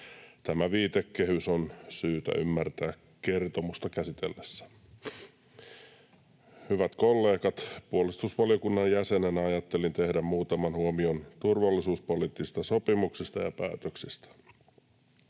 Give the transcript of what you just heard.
Tämä viitekehys on syytä ymmärtää kertomusta käsitellessä. Hyvät kollegat! Puolustusvaliokunnan jäsenenä ajattelin tehdä muutaman huomion turvallisuuspoliittisista sopimuksista ja päätöksistä.